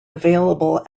available